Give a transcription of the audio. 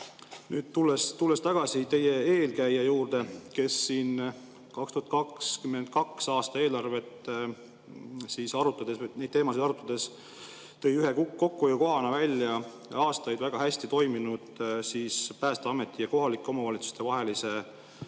Tulles tagasi teie eelkäija juurde, kes siin 2022. aasta eelarvet arutades, neid teemasid arutades, tõi ühe kokkuhoiukohana välja aastaid väga hästi toiminud Päästeameti ja kohalike omavalitsuste vahelise